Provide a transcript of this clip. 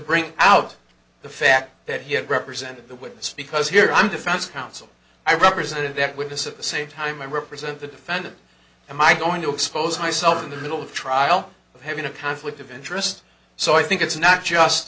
bring out the fact that he had represented the witness because here i'm defense counsel i represented that witness of the same time i represent the defendant am i going to expose myself in the middle of trial having a conflict of interest so i think it's not just